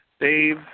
Dave